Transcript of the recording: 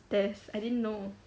test I didn't know